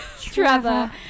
Trevor